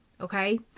Okay